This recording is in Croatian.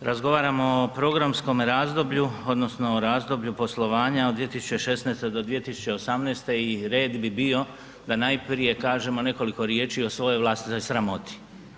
razgovaramo o programskom razdoblju odnosno o razdoblju poslovanja od 2016. do 2018. i red bi bio da najprije kažemo nekoliko riječi o svojoj vlastitoj sramoti.